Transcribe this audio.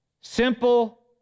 simple